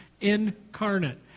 incarnate